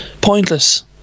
pointless